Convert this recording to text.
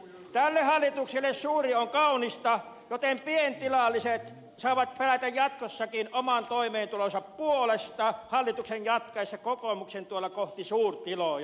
tälle hallitukselle suuri on kaunista joten pientilalliset saavat pelätä jatkossakin oman toimeentulonsa puolesta hallituksen jatkaessa kokoomuksen tuella kohti suurtiloja